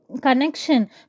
connection